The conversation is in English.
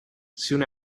soon